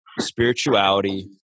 spirituality